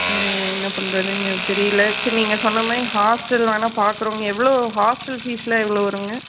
ம் என்னப் பண்ணுறதுன்னு எங்களுக்கு தெரியலை சரி நீங்கள் சொன்னா மாதிரி ஹாஸ்ட்டல் வேணால் பார்க்குறோங்க எவ்வளோ ஹாஸ்ட்டல் பீஸ்செலாம் எவ்வளோ வருங்க